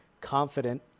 confident